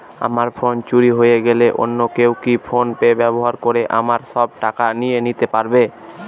আমার ফোন চুরি হয়ে গেলে অন্য কেউ কি ফোন পে ব্যবহার করে আমার সব টাকা নিয়ে নিতে পারবে?